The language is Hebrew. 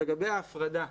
לגבי ההפרדה,